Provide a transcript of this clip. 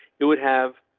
you would have.